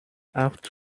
acht